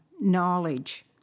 knowledge